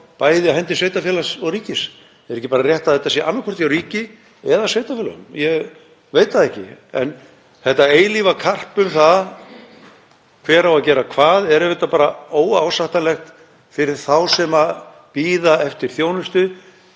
bæði á hendi sveitarfélaga og ríkis? Er ekki bara rétt að þetta sé annaðhvort hjá ríki eða sveitarfélögum? Ég veit það ekki. En þetta eilífa karp um það hver á að gera hvað er bara óásættanlegt fyrir þá sem bíða eftir þjónustu